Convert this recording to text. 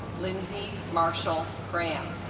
lindsey marshall graham